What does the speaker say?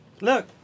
Look